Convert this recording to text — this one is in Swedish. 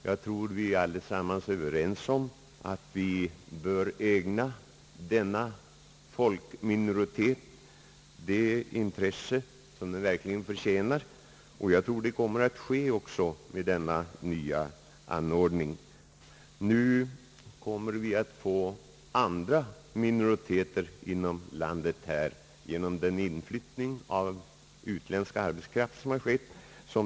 Jag tror vi allesammans är överens om att vi bör ägna den folkminoritet det här gäller det intresse som den verkligen förtjänar, och jag tror att det kommer att ske med denna nya anordning, men nu kommer vi också att få andra minoriteter inom landet genom den inflyttning av utländsk arbetskraft, som sker.